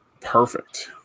Perfect